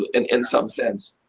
in in some sense.